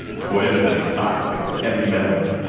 poisonous, toxic, heavy metals.